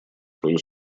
свою